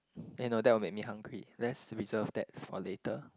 eh no that will make me hungry lets reserve that for later